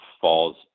falls